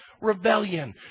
rebellion